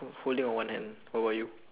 h~ holding on one hand what about you